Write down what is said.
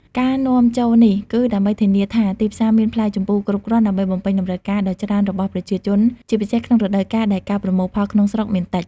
ការនាំចូលនេះគឺដើម្បីធានាថាទីផ្សារមានផ្លែជម្ពូគ្រប់គ្រាន់ដើម្បីបំពេញតម្រូវការដ៏ច្រើនរបស់ប្រជាជន ជាពិសេសក្នុងរដូវកាលដែលការប្រមូលផលក្នុងស្រុកមានតិច។